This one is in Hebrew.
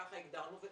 כך הגדרנו,